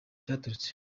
cyaturutse